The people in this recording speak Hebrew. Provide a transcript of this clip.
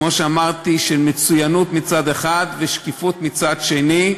כמו שאמרתי, של מצוינות מצד אחד ושקיפות מצד שני,